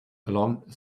along